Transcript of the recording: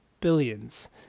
billions